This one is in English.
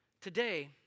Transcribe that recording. today